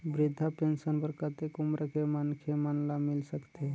वृद्धा पेंशन बर कतेक उम्र के मनखे मन ल मिल सकथे?